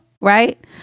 right